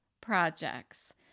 projects